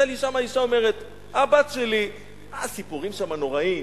היתה לי שם אשה שאמרה, הסיפורים שם נוראים,